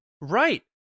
Right